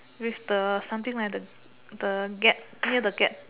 with the something like the gap near the gap